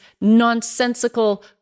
nonsensical